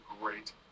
great